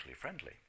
friendly